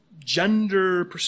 gender